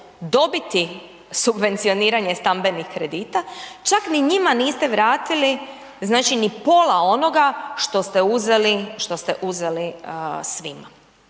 dobiti subvencioniranje stambenih kredita, čak ni njima niste vratili znači ni pola onoga što ste uzeli svima.